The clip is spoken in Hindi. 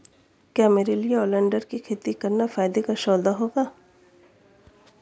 क्या मेरे लिए ओलियंडर की खेती करना फायदे का सौदा होगा?